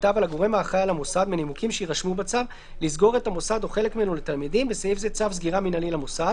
יבוא: "צו סגירה מינהלי למוסד